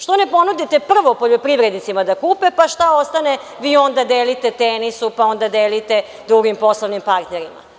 Što ne ponudite prvo poljoprivrednicima da kupe, pa šta ostane vi onda delite „Tenisu“, pa onda delite drugim poslovnim partnerima?